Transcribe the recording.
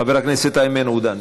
חבר הכנסת איימן עודה.